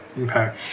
Okay